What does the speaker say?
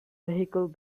vehicle